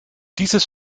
dieses